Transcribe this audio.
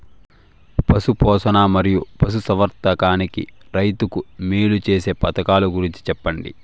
పశు పోషణ మరియు పశు సంవర్థకానికి రైతుకు మేలు సేసే పథకాలు గురించి చెప్పండి?